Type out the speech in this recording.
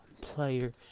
player